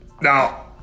Now